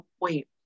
wait